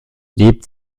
lebt